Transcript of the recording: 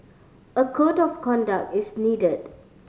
a code of conduct is needed